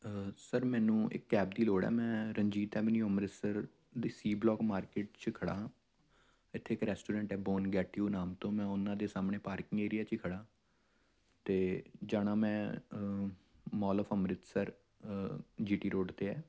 sir ਮੈਨੂੰ ਇੱਕ cab ਦੀ ਲੋੜ ਹੈ ਮੈਂ ਰਣਜੀਤ ਐਵਨਿਊ ਅੰਮ੍ਰਿਤਸਰ ਦੇ ਸੀ ਬਲੋਕ ਮਾਰਕੀਟ 'ਚ ਖੜ੍ਹਾ ਹਾਂ ਇੱਥੇ ਇੱਕ ਰੈਸਟੋਰੈਂਟ ਹੈ ਬੋਨ ਗੈੱਟਯੂ ਨਾਮ ਤੋਂ ਮੈਂ ਉਹਨਾਂ ਦੇ ਸਾਹਮਣੇ ਪਾਰਕਿੰਗ ਏਰੀਆ 'ਚ ਹੀ ਖੜ੍ਹਾ ਅਤੇ ਜਾਣਾ ਮੈਂ mall of Amritsar G T road 'ਤੇ ਹੈ